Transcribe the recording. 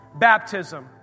baptism